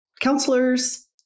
counselors